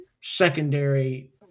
secondary